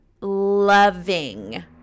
loving